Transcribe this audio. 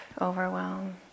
overwhelm